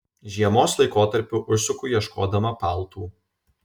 žiemos laikotarpiu užsuku ieškodama paltų